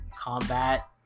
Combat